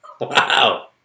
Wow